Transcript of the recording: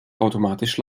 automatisch